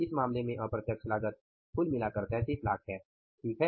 इस मामले में अप्रत्यक्ष लागत 3300000 है ठीक है